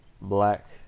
black